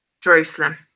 Jerusalem